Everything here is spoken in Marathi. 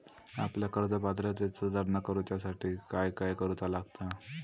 आपल्या कर्ज पात्रतेत सुधारणा करुच्यासाठी काय काय करूचा लागता?